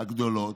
הגדולות